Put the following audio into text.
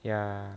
ya